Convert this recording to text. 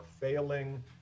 failing